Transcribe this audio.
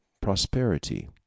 prosperity